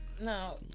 No